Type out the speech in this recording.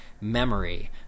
memory